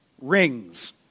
rings